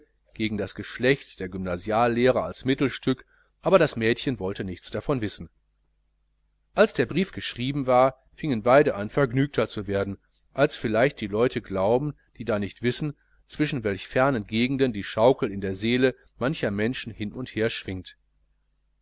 gegen das geschlecht der gymnasiallehrer als mittelstück aber das mädchen wollte nichts davon wissen als aber der brief geschrieben war fingen beide an vergnügter zu werden als vielleicht die leute glauben die da nicht wissen zwischen welch fernen gegenden die schaukel in der seele mancher menschen hin und her schwingt